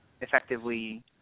effectively